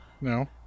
No